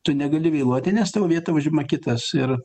tu negali vėluoti nes tavo vietą užima kitas ir